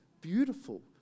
beautiful